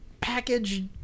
package